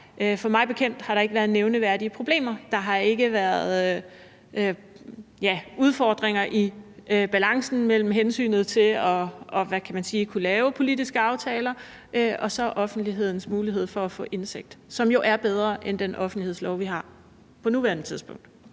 vej. Mig bekendt har der ikke været nævneværdige problemer. Der har ikke været udfordringer i balancen mellem hensynet til – hvad kan man sige – at kunne lave politiske aftaler og så offentlighedens mulighed for at få indsigt, som jo er bedre end i den offentlighedslov, vi har på nuværende tidspunkt.